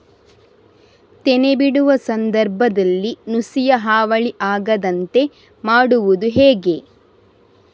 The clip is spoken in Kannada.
ತೆನೆ ಬಿಡುವ ಸಂದರ್ಭದಲ್ಲಿ ನುಸಿಯ ಹಾವಳಿ ಆಗದಂತೆ ಮಾಡುವುದು ಹೇಗೆ?